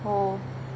हो